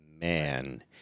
man